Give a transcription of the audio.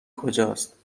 کجاست